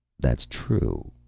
that's true,